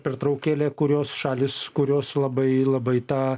pertraukėlę kurios šalys kurios labai labai tą